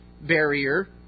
barrier